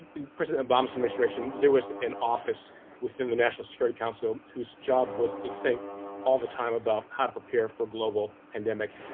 in president obama's administration there was an office within the national security council whose job was to think all the time about how to prepare for a global pandemic.